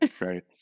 Right